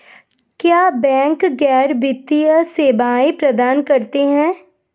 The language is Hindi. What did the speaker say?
क्या बैंक गैर वित्तीय सेवाएं प्रदान करते हैं?